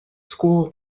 school